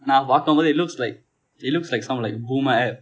நான் பார்க்கும் போது:naan paarkum pothu it looks like it looks like some like boomer app